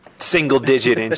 single-digit